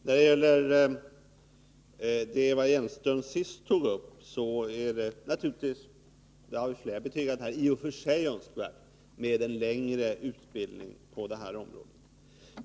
Fru talman! Vad beträffar det som Eva Hjelmström sist tog upp är det naturligtvis, som flera talare här har betygat, i och för sig önskvärt med en längre utbildning på det aktuella området.